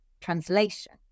translation